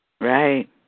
Right